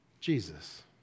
Jesus